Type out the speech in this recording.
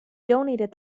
donated